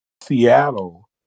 Seattle